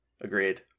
Agreed